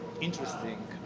interesting